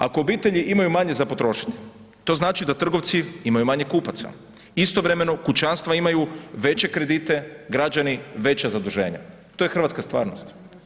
Ako obitelji imaju manje za potrošiti, to znači da trgovci imaju manje kupaca, istovremeno kućanstva imaju veće kredite, građani veća zaduženja, to je hrvatska stvarnost.